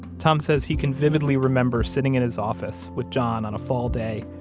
tom says he can vividly remember sitting in his office with john on a fall day,